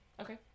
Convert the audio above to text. Okay